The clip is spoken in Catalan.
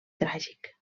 tràgic